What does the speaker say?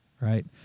right